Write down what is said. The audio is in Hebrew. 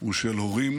הוא של הורים